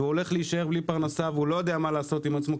הוא הולך להישאר בלי פרנסה והוא לא יודע מה לעשות עם עצמו,